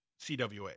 CWA